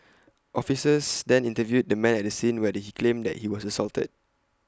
officers then interviewed the man at the scene where he claimed that he was assaulted